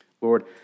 Lord